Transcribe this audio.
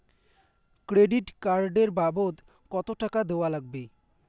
Credit card এর বাবদ কতো টাকা দেওয়া লাগবে?